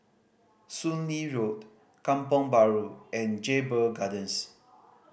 Soon Lee Road Kampong Bahru and Jedburgh Gardens